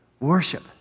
worship